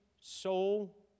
soul